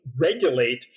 regulate